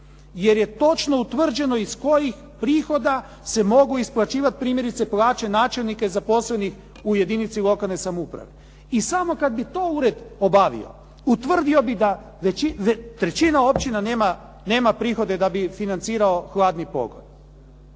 jer je točno utvrđeno iz kojih prihoda se mogu isplaćivati primjerice plaće načelnika i zaposlenih u jedinici lokalne samouprave. I samo kad bi to ured obavio utvrdio bi da trećina općina nema prihode da bi financirao hladni pogon.